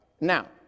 Now